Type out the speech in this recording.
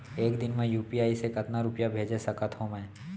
एक दिन म यू.पी.आई से कतना रुपिया भेज सकत हो मैं?